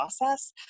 process